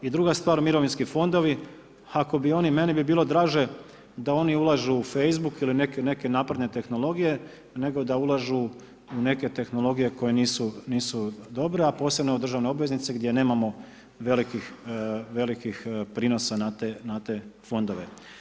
I druga stvar, mirovinski fondovi, ako bi oni, meni bi bilo draže da oni ulažu u Facebook ili neke naporne tehnologije, nego da ulažu u neke tehnologije koje nisu dobre, a posebno u državne obveznice gdje nemamo velikih prinosa na te fondove.